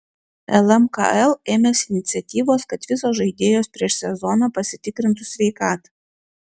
lmkl ėmėsi iniciatyvos kad visos žaidėjos prieš sezoną pasitikrintų sveikatą